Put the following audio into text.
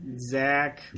Zach